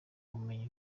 ubumenyi